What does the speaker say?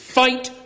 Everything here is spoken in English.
fight